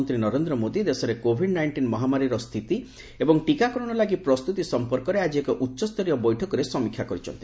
ପ୍ରଧାନମନ୍ତ୍ରୀ ନରେନ୍ଦ୍ର ମୋଦୀ ଦେଶରେ covid nineteen ମହାମାରୀର ସ୍ଥିତି ଏବଂ ଟିକାକରଣ ଲାଗି ପ୍ରସ୍ତୁତି ସମ୍ପର୍କରେ ଆଜି ଏକ ଉଚ୍ଚସ୍ତରୀୟ ବୈଠକରେ ସମୀକ୍ଷା କରିଛନ୍ତି